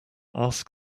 ask